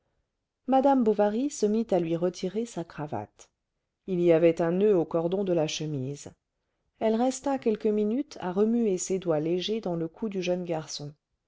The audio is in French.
madame bovary se mit à lui retirer sa cravate il y avait un noeud aux cordons de la chemise elle resta quelques minutes à remuer ses doigts légers dans le cou du jeune garçon